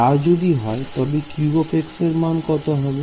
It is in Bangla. তা যদি হয় তবে q এর মান কত হবে